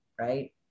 right